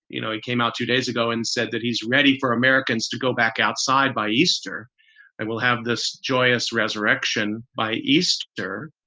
you know it came out two days ago and said that he's ready for americans to go back outside by easter and we'll have this joyous resurrection by easter.